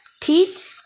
Pete